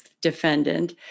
defendant